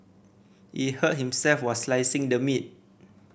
he hurt himself while slicing the meat